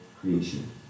creation